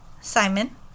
Simon